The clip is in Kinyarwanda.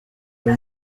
uyu